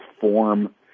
form